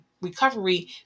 recovery